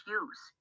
use